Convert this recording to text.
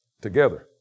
Together